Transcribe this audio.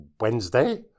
Wednesday